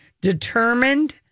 Determined